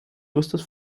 justus